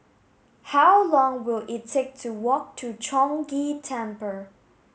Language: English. how long will it take to walk to Chong Ghee Temple